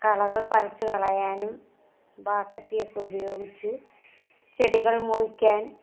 കളകൾ പറിച്ചു കളയാനും വാക്കത്തിയൊക്കെ ഉപയോഗിച്ച് ചെടികൾ മുറിക്കാൻ